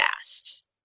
fast